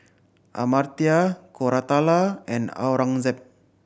Amartya Koratala and Aurangzeb